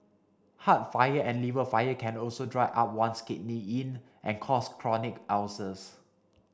heart fire and liver fire can also dry up one's kidney yin and cause chronic ulcers